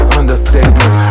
understatement